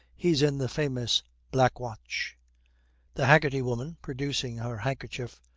he's in the famous black watch the haggerty woman, producing her handkerchief,